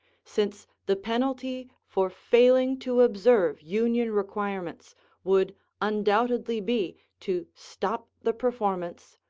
since the penalty for failing to observe union requirements would undoubtedly be to stop the performance,